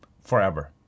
forever